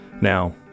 Now